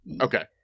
Okay